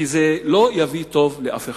כי זה לא יביא טוב לאף אחד.